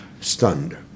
Stunned